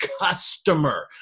customer